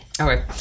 Okay